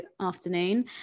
afternoon